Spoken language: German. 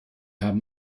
haben